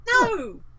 No